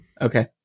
Okay